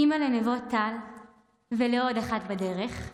אימא לנבות טל ולעוד אחת בדרך.